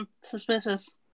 Suspicious